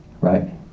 Right